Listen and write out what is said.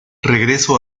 regreso